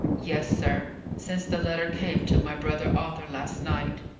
yes, sir since the letter came to my brother arthur last night.